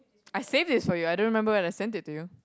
I saved this for you I don't remember when I sent it to you